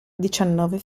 diciannove